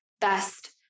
best